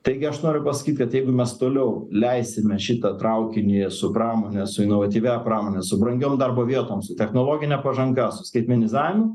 taigi aš noriu pasakyt kad jeigu mes toliau leisime šitą traukinį su pramone su inovatyvia pramone su brangiom darbo vietom su technologine pažanga su skaitmenizavimu